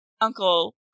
uncle